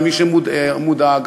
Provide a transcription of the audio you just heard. למי שמודאג,